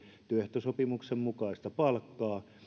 työehtosopimuksen mukaista palkkaa